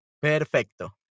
Perfecto